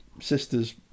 sister's